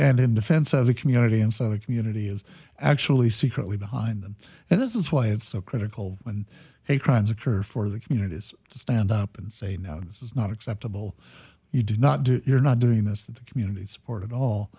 and in defense of the community and so the community is actually secretly behind them and this is why it's so critical when hate crimes occur for the communities to stand up and say no this is not acceptable you do not do it you're not doing this to the community support it all